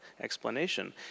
explanation